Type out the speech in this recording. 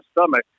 stomach